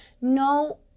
no